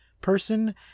person